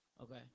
Okay